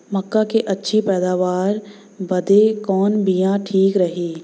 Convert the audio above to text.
मक्का क अच्छी पैदावार बदे कवन बिया ठीक रही?